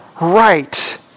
right